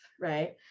right